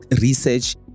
research